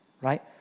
Right